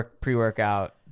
pre-workout